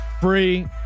free